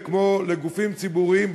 כמו לגופים ציבוריים,